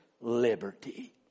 liberty